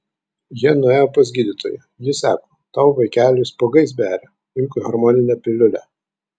jie nuėjo pas gydytoją ji sako tau vaikeli spuogais beria imk hormoninę piliulę